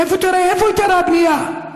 איפה היתרי הבנייה?